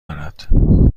دارد